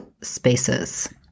spaces